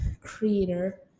creator